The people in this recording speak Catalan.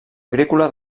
agrícola